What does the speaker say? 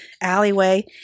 alleyway